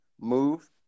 move